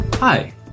Hi